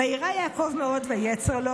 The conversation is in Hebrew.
"ויירא יעקב מאֹד ויצר לו,